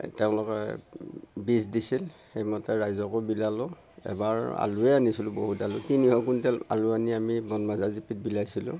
তেওঁলোকে বীজ দিছিল সেই বীজ মতে ৰাইজকো বিলালো এবাৰ আলুয়ে আনিছিলোঁ বহুত আলু তিনিশ কুণ্টল আলু আনি আমি বোনমাঝা জি পিত বিলাইছিলোঁ